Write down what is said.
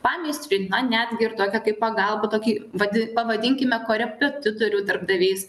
pameistriui na netgi ir tokia kaip pagalba tokį vadi pavadinkime korepetitorių darbdavys